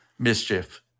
mischief